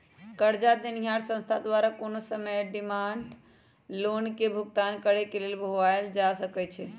करजा देनिहार संस्था द्वारा कोनो समय डिमांड लोन के भुगतान करेक लेल बोलायल जा सकइ छइ